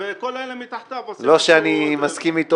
כל אלה מתחתיו עושים --- לא שאני מסכים איתו,